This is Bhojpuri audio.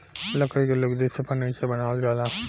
लकड़ी के लुगदी से फर्नीचर बनावल जाला